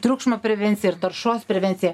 triukšmo prevencija ir taršos prevencija